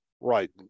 Right